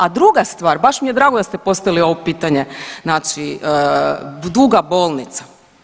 A druga stvar, baš mi je drago da ste postavili ovo pitanje duga bolnica.